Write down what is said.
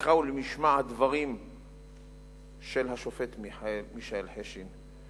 למקרא ולמשמע הדברים של השופט מישאל חשין.